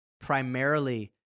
primarily